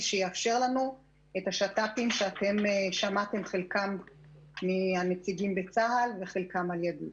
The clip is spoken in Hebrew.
שיאפשר לנו את השת"פים ששמעתם על חלקם מנציגי צה"ל וממני.